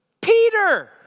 Peter